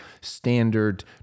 standard